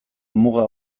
muga